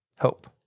hope